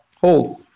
hold